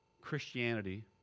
Christianity